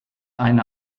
eine